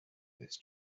this